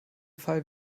fall